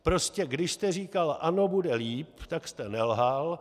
Prostě když jste říkal ano, bude líp, tak jste nelhal.